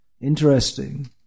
interesting